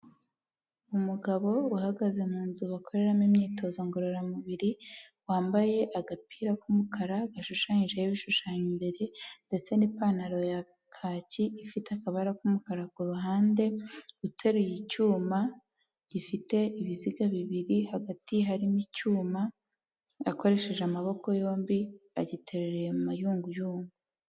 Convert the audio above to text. Umugabo uhagaze mu nzu bakoreramo imyitozo ngororamubiri, wambaye agapira k'umukara gashushanyijeho ibishushanyo imbere ndetse n'ipantaro ya kaki, ifite akabara k'umukara ku ruhande, uteruye icyuma gifite ibiziga bibiri, hagati harimo icyuma, akoresheje amaboko yombi, agiteruriye mu mayunguyungu.